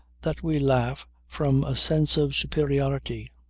that we laugh from a sense of superiority.